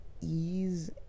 ease